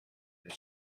that